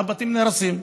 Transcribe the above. והבתים נהרסים.